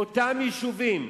באותם יישובים,